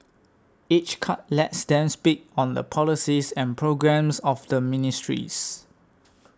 each cut lets them speak on the policies and programmes of the ministries